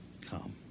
come